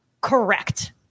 correct